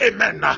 Amen